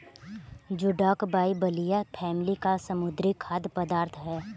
जोडाक बाइबलिया फैमिली का समुद्री खाद्य पदार्थ है